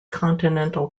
continental